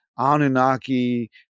Anunnaki